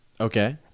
Okay